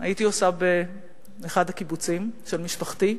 הייתי עושה באחד הקיבוצים, אצל משפחתי,